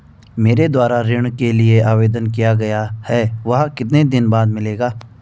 मेरे द्वारा ऋण के लिए आवेदन किया गया है वह कितने दिन बाद मिलेगा?